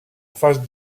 phase